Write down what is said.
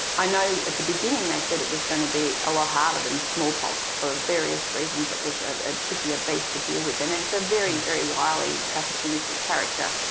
i know at the beginning they said it was going to be a lot harder than smallpox. for various reasons it was a trickier beast to deal with, and it's a very, very wily, opportunistic character.